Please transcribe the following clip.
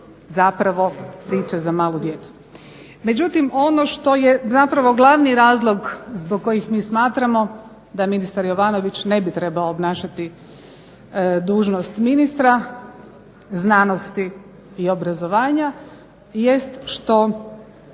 zapravo priče za malu djecu. Međutim, ono što je zapravo glavni razlog zbog kojeg mi smatramo da ministar Jovanović ne bi trebao obnašati dužnost ministra znanosti i obrazovanja jest što